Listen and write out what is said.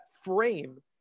frame